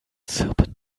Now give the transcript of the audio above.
zirpen